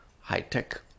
high-tech